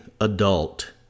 adult